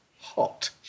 hot